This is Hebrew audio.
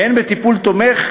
והן בטיפול תומך,